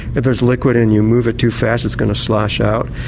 if there's liquid and you move it too fast it's going to slosh out.